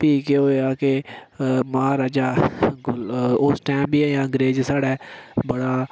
भी केह् होएआ के महाराजा गुल उस टैम बी अजें अंग्रेज साढ़ै बड़ा